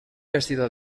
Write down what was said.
vestida